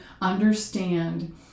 understand